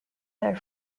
their